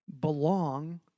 belong